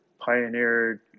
pioneered